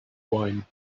wine